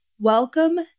Welcome